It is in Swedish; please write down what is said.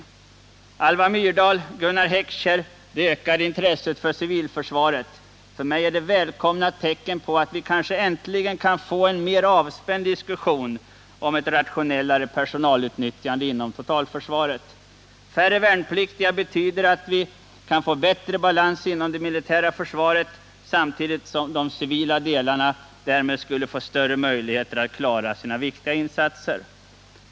Tankar som väckts av Alva Myrdal och Gunnar Heckscher liksom det ökade intresset för civilförsvaret är för mig välkomna tecken på att vi kanske äntligen kan få en mer avspänd diskussion om ett rationellare personalutnyttjande inom totalförsvaret. Färre värnpliktiga betyder att vi kan få bättre balans inom det militära försvaret, samtidigt som de civila delarna skulle få större möjligheter att klara sina viktiga insatser.